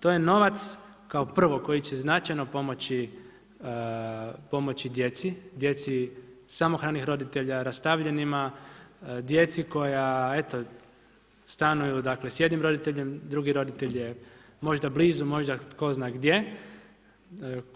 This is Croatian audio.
To je novac kao prvo, koji će značajno pomoći djeci samohranih roditelj, rastavljenima, djeci koja eto, stanuju dakle s jednim roditeljem, drugi roditelj je možda blizu, možda tko zna gdje,